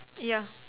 ya